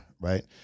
right